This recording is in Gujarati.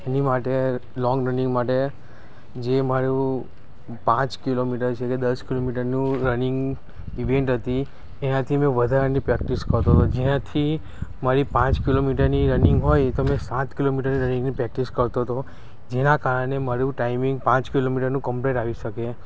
ની માટે લોંગ રનિંગ માટે જે મારું પાંચ કિલોમીટર છે કે દસ કિલોમીટરનું રનિંગ ઇવેન્ટ હયી એનાથી મેં વધારાની પ્રેક્ટિસ કરતો હતો જ્યાંથી મારી પાંચ કિલોમીટરની રનિંગ હોય તો મેં સાત કિલોમીટર રનિંગની પ્રેક્ટિસ કરતો હતો જેના કારણે મારું ટાઈમિંગ પાંચ કિલોમીટરનું કમ્પ્લેટ આવી શકે